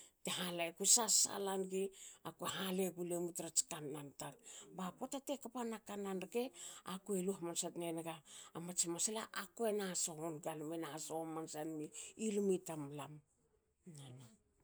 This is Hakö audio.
Bte hale. akue sasala nigi akue halegulemu trats kannan tar. Ba po te kpa na kannan rke. akue lu hamnsa tenaga mats masla. akue na sohon tua gme na soho hamansa nimi lmi tamlam